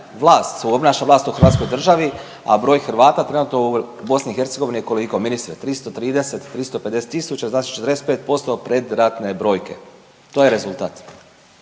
vlast, obnaša vlast u hrvatskoj državi, a broj Hrvata trenutno u BiH je koliko ministre 330-350 tisuća znači 45% predratne brojke, to je rezultat.